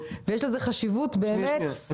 כך שיש לזה חשיבות סופר סופר גדולה.